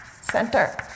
center